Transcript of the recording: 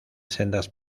sendas